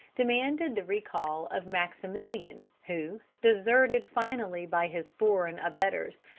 demanded the recall of maximilian, who, deserted finally by his foreign abettors,